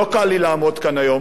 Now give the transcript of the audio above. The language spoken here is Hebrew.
לא קל לי לעמוד כאן היום,